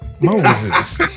Moses